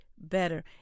better